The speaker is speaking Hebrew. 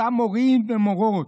אותם מורים ומורות,